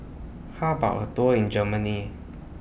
How about A Tour in Germany